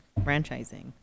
franchising